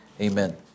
Amen